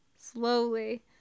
Slowly